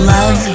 Love